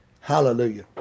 Hallelujah